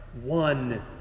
one